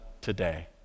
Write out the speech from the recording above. today